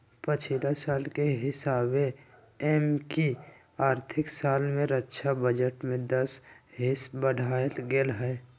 पछिला साल के हिसाबे एमकि आर्थिक साल में रक्षा बजट में दस हिस बढ़ायल गेल हइ